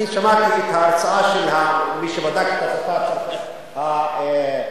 אני שמעתי את ההרצאה של מי שבדק את השפה האנגלית,